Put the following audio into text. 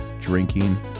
drinking